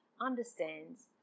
understands